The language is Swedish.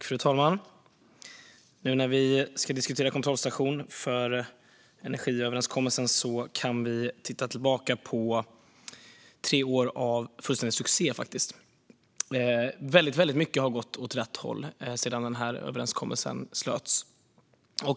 Fru talman! Nu när vi diskuterar en första kontrollstation för energiöverenskommelsen kan vi faktiskt titta tillbaka på tre år av fullständig succé. Väldigt mycket har gått åt rätt håll sedan överenskommelsen slöts.